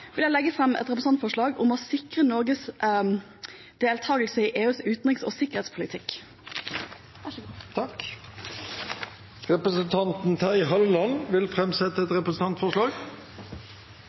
vil jeg legge fram et representantforslag om å sikre Norge fullverdig deltakelse i EUs felles utenriks- og sikkerhetspolitikk, FUSP. Representanten Terje Halleland vil framsette et